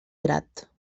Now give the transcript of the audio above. grat